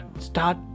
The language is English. start